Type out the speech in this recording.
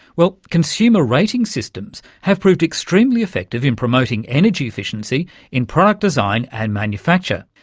well, consumer ratings systems have proved extremely effective in promoting energy efficiency in product design and manufacture,